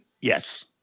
Yes